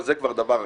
אבל זה כבר דבר אחר.